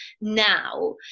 now